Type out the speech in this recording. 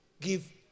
give